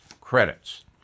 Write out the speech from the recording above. credits